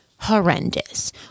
horrendous